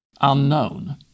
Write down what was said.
unknown